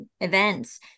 events